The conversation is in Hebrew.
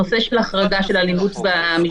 הנושא של החרגה של אלימות במשפחה,